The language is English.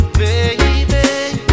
baby